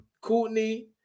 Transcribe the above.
Courtney